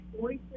voices